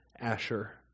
Asher